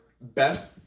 best